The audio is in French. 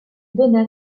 donna